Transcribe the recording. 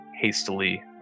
hastily